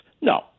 No